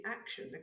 action